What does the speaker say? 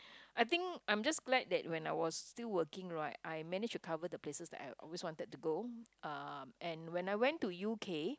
I think I'm just glad that when I was still working right I manage to cover the places that I have always wanted to go uh and when I went to U_K